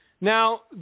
Now